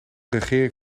regering